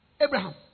Abraham